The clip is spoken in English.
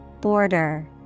Border